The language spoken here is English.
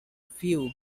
few